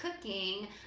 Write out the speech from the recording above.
cooking